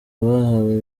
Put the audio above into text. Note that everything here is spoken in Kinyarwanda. bahawe